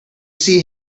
see